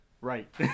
right